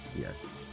Yes